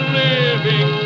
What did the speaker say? living